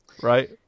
Right